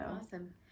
Awesome